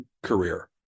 career